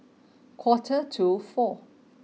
quarter to four